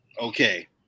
okay